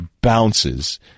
bounces